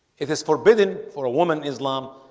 it is forbidden for a woman islam